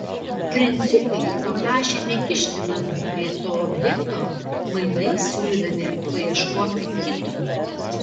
princiukai paprašė nekišti nagų prie to objekto mainais siūlydami paieškoti kito